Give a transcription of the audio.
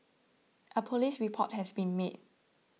a police report has been made